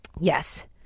yes